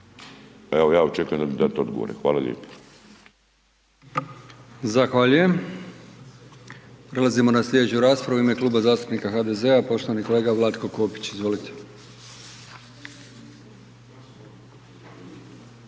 evo ja očekujem da ćete mi dat odgovore, hvala lijepo.